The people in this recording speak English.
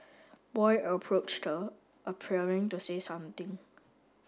boy approached her appearing to say something